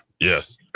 Yes